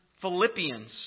Philippians